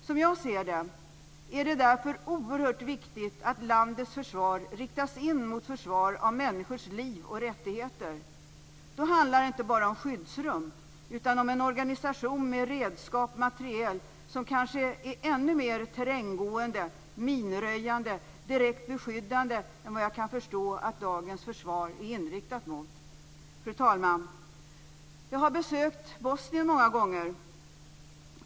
Som jag ser det är det därför oerhört viktigt att landets försvar riktas in mot försvar av människors liv och rättigheter. Då handlar det inte bara om skyddsrum, utan om en organisation med redskap och materiel som kanske är ännu mer terränggående, minröjande, direkt beskyddande än vad jag kan förstå att dagens försvar är inriktat mot. Fru talman! Jag har besökt Bosnien många gånger.